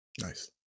Nice